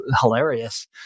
hilarious